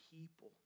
people